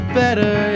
better